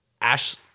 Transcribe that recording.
Ash